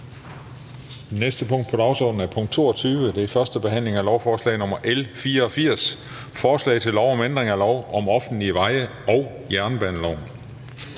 næste punkt på dagsordenen er: 22) 1. behandling af lovforslag nr. L 84: Forslag til lov om ændring af lov om offentlige veje m.v. og jernbaneloven.